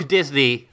Disney